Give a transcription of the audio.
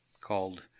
called